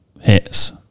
hits